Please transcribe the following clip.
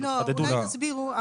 אולי תסבירו,